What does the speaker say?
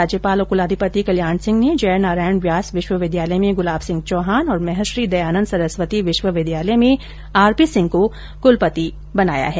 राज्यपाल और कुलाधिपति कल्याण सिंह ने जयनारायण व्यास विश्वविद्यालय में गुलाब सिंह चौहान तथा महर्षि दयानन्द सरस्वती विश्वविद्यालय में आरपी सिंह को कुलपति पद पर नियुक्त किया हैं